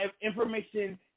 information